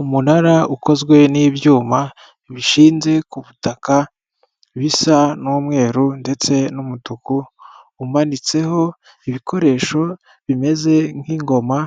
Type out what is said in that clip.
Umunara ukozwe n'ibyuma bishinze ku butaka bisa n'umweru ndetse n'umutuku, umanitseho ibikoresho bimeze nk'ingoma